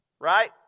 right